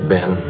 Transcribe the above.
Ben